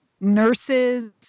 nurses